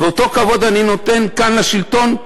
ואת אותו כבוד אני נותן כאן לשלטון,